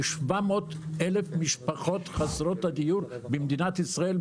יש 700,000 משפחות חסרות הדיור במדינת ישראל,